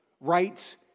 Rights